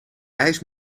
ijs